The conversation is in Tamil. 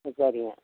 சரிங்க